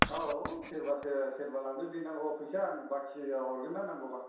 औ सेरबासो सेरबा लांदो दे नांगौब्ला फैसा आं बाखिआव हरगोन ना नांगौब्ला